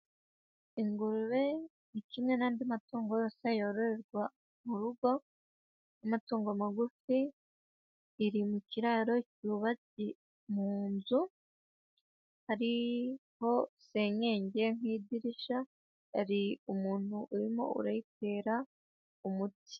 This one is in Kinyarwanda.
Ingurube ni kimwe n'andi matungo yose yororerwa mu rugo, n'amatungo magufi, iri mu kiraro cyubatse mu nzu, hariho senyenge nk'idirishya hari umuntu urimo urayitera umuti.